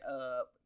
up